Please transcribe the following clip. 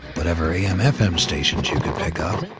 whatever am fm stations you could pick up,